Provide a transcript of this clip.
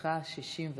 שלרשותך 65 דקות,